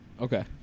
Okay